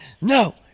No